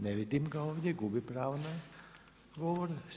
Ne vidim ga ovdje, gubi pravo na govor.